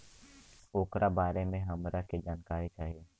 ओकरा बारे मे हमरा के जानकारी चाही?